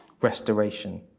restoration